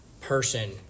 person